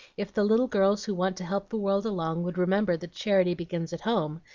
if the little girls who want to help the world along would remember that charity begins at home,